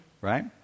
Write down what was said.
right